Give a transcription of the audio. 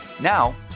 now